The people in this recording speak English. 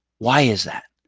why is that?